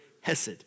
hesed